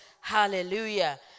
Hallelujah